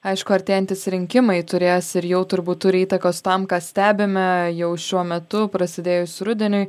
aišku artėjantys rinkimai turės ir jau turbūt turi įtakos tam ką stebime jau šiuo metu prasidėjus rudeniui